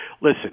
Listen